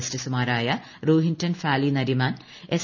ജസ്റ്റിസുമാരായ രോഹിന്റൺ ഫാലി നരിമാൻ എസ്